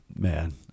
man